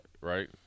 right